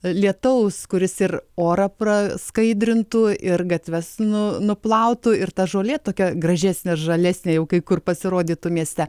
lietaus kuris ir orą praskaidrintų ir gatves nu nuplautų ir ta žolė tokia gražesnė žalesnė jau kai kur pasirodytų mieste